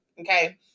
Okay